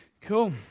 Cool